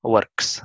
Works